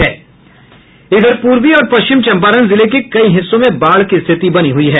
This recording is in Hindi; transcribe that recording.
इधर पूर्वी और पश्चिम चंपारण जिले के कई हिस्सों में बाढ़ की स्थिति बनी हुई है